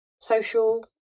social